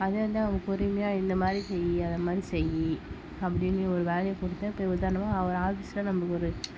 அதே வந்து அவங்க பொறுமையாக இந்த மாதிரி செய் அது மாதிரி செய் அப்படின்னு ஒரு வேலையை கொடுத்தா இப்போ உதாரணமாக ஒரு ஆஃபீஸ்சில் நம்மளுக்கு ஒரு